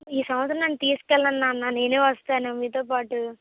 ఈ సంవత్సరం నన్ను తీసుకెళ్ళండి నాన్న నేనూ వస్తాను మీతో పాటు